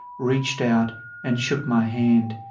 reached out and shook my hand.